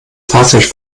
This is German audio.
fahrzeug